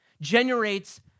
generates